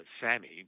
Sammy